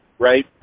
right